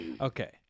Okay